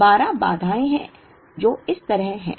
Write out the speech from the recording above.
तो 12 बाधाएं हैं जो इस तरह हैं